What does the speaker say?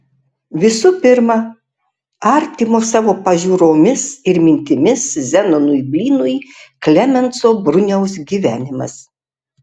visų pirma artimo savo pažiūromis ir mintimis zenonui blynui klemenso bruniaus gyvenimas